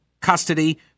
Custody